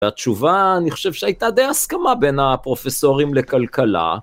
והתשובה, אני חושב שהייתה די הסכמה בין הפרופסורים לכלכלה.